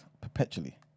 Perpetually